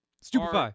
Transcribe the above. stupefy